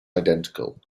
identical